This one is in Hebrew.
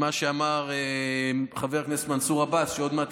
אני אומר לך בצורה הכי ברורה: לפני שאתה בא עם ביקורת,